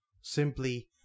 simply